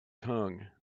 tongue